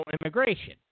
immigration